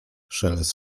szelest